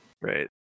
Right